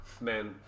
man